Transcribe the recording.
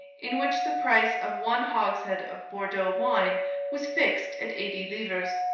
in which the price of one hogshead of bordeaux wine was fixed at eighty livres,